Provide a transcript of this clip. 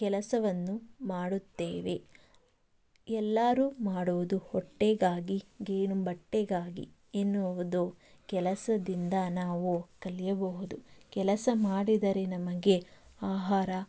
ಕೆಲಸವನ್ನು ಮಾಡುತ್ತೇವೆ ಎಲ್ಲರು ಮಾಡುವುದು ಹೊಟ್ಟೆಗಾಗಿ ಗೇಣು ಬಟ್ಟೆಗಾಗಿ ಎನ್ನುವುದು ಕೆಲಸದಿಂದ ನಾವು ಕಲಿಯಬಹುದು ಕೆಲಸ ಮಾಡಿದರೆ ನಮಗೆ ಆಹಾರ